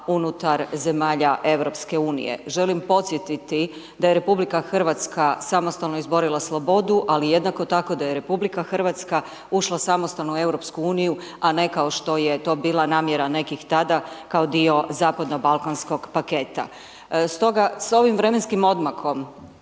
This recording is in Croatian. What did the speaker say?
unutar zemalja Europske unije. Želim podsjetiti da je Republika Hrvatska samostalno izborila slobodu, ali jednako tako da je Republika Hrvatska ušla samostalno u Europsku uniju, a ne kao što je to bila namjera nekih tada, kao dio zapadno balkanskog paketa. Stoga, s ovim vremenskim odmakom